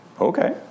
okay